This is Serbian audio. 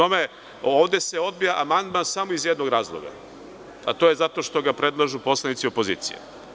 Ovde se odbija amandman samo iz jednog razloga, a to je zato što ga predlažu poslanici opozicije.